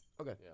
Okay